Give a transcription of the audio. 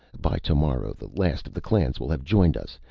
by tomorrow the last of the clans will have joined us.